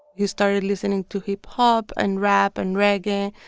he started listening to hip-hop and rap and reggae.